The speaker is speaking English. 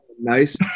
nice